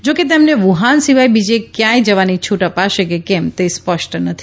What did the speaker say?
જોકે તેમને વુહાન સિવાય બીજે ક્યાંય જવાની છૂટ અપાશે કે કેમ તે સ્પષ્ટ નથી